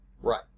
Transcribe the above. Right